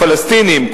הפלסטינים,